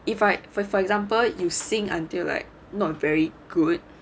if I for for example you sing until like not very good